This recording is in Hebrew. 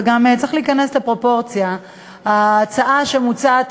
וגם צריך להיכנס לפרופורציה: ההצעה שמוצעת